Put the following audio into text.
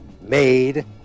Made